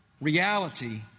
reality